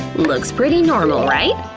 looks pretty normal, right?